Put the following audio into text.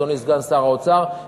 אדוני סגן שר האוצר,